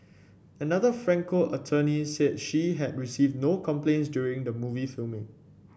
another Franco attorney said she had received no complaints during the movie filming